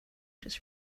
just